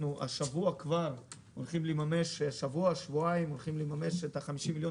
כבר השבוע אנחנו אמורים לממש את 50 המיליון